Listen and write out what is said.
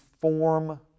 form